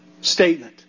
statement